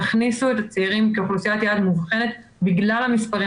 תכניסו את הצעירים כאוכלוסיית יעד מובחנת בגלל המספרים